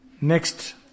Next